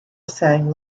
sang